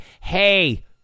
Hey